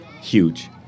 huge